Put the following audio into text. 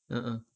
a'ah